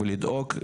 ולדאוג,